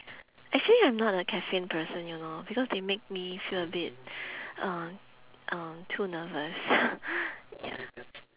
actually I'm not a caffeine person you know because they make me feel a bit uh uh too nervous ya